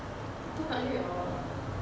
aku takleh ah